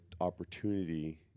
opportunity